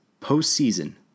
POSTSEASON